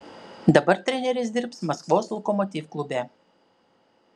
dabar treneris dirbs maskvos lokomotiv klube